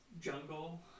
jungle